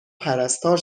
پرستار